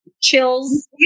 chills